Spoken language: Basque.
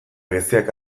geziak